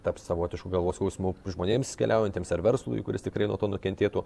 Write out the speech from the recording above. taps savotišku galvos skausmu žmonėms keliaujantiems ar verslui kuris tikrai nuo to nukentėtų